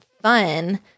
fun